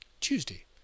Tuesday